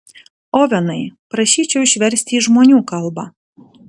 ovenai prašyčiau išversti į žmonių kalbą